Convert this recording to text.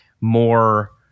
more